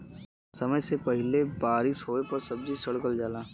समय से पहिले बारिस होवे पर सब्जी सड़ गल जाला